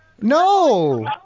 No